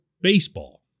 baseball